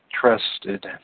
trusted